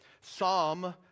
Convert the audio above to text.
Psalm